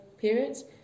periods